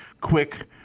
quick